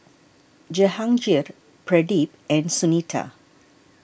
Jehangirr Pradip and Sunita